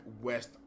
West